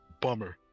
bummer